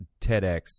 TEDx